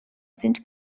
sind